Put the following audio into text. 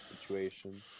situation